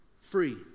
Free